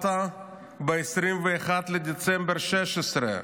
ב-21 בדצמבר 2016,